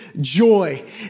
joy